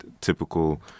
typical